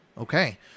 okay